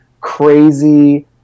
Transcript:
crazy